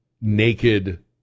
naked